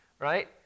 Right